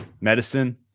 Medicine